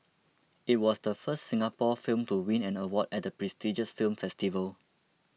it was the first Singapore film to win an award at the prestigious film festival